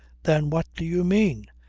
then what do you mean?